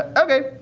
ok,